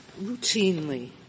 routinely